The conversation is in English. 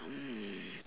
mm